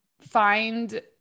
find